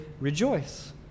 rejoice